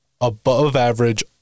above-average